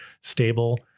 stable